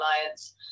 Alliance